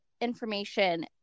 information